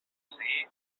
seguir